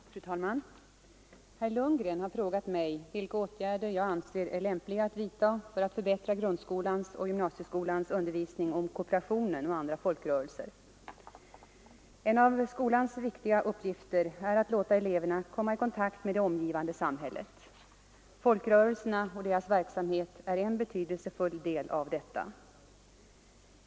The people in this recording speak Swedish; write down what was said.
Fru talman! Herr Lundgren har frågat mig vilka åtgärder jag anser är lämpliga att vidta för att förbättra grundskolans och gymnasieskolans undervisning om kooperationen och andra folkrörelser. En av skolans viktiga uppgifter är att låta eleverna komma i kontakt med det omgivande samhället. Folkrörelserna och deras verksamhet är en betydelsefull del av detta.